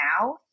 now